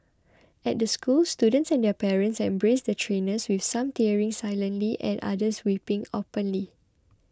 at the school students and their parents embraced the trainers with some tearing silently and others weeping openly